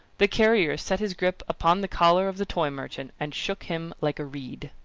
the carrier set his grip upon the collar of the toy merchant, and shook him like a reed.